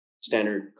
standard